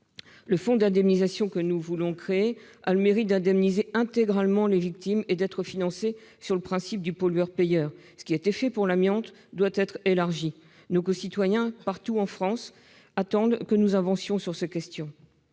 Le fonds d'indemnisation que nous voulons créer a le mérite d'indemniser intégralement les victimes et d'être financé selon le principe du pollueur-payeur. Ce qui a été fait pour l'amiante doit être élargi. Nos concitoyens, partout en France, attendent que nous avancions sur ces questions.